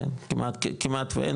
כמעט ואין,